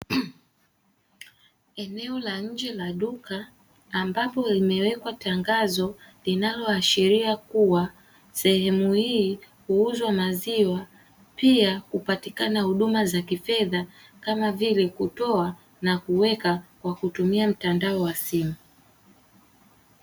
Eneo la nje la duka ambapo limewekwa tangazo linaloashiria kuwa sehemu hii huuzwa maziwa pia hupatikana huduma za kifedha, kama vile kutoa pamoja na kuweka kwa kutumia mtandao wa simu.